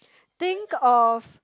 think of